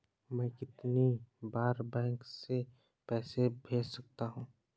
मैं कितनी बार बैंक से पैसे भेज सकता हूँ?